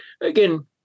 again